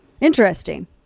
Interesting